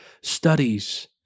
studies